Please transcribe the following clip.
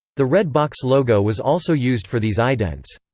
the red box logo was also used for these idents.